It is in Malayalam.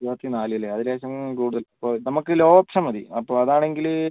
ഇരുപത്തിനാല് അല്ലേ അത് ലേശം കൂടുതൽ ഇപ്പോൾ നമുക്ക് ലോ ഓപ്ഷൻ മതി അപ്പോൾ അതാണെങ്കിൽ